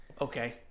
Okay